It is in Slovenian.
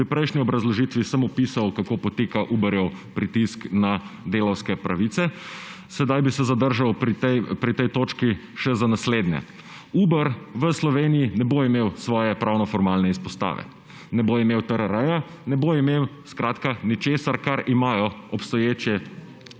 Pri prejšnji obrazložitvi sem opisal kako poteka Uberjev pritisk na delavske pravice. Sedaj bi se zadržal pri tej točki še za naslednje. Uber v Sloveniji ne bo imel svoje pravno-formalne izpostave. Ne bo imel TRR-ja, ne bo imel skratka ničesar, kar imajo obstoječe